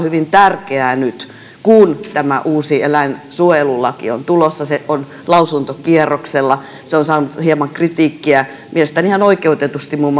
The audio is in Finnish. hyvin tärkeää nyt kun tämä uusi eläinsuojelulaki on tulossa se on lausuntokierroksella se on saanut hieman kritiikkiä mielestäni ihan oikeutetusti muun